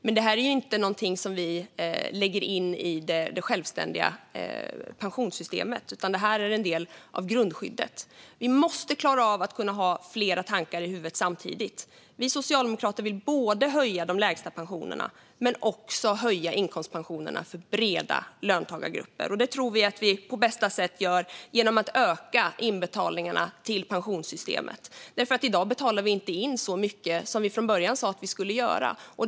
Men det är ingenting som vi lägger in i det självständiga pensionssystemet, utan det är en del av grundskyddet. Vi måste klara av att hålla flera tankar i huvudet samtidigt. Vi socialdemokrater vill höja de lägsta pensionerna men också höja inkomstpensionerna för breda löntagargrupper. Vi tror att det bästa sättet att göra det är att öka inbetalningarna till pensionssystemet. I dag betalar vi inte in så mycket som vi från början sa att vi skulle göra.